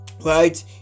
right